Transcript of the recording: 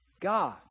God